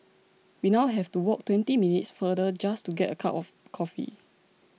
we now have to walk twenty minutes farther just to get a cup of coffee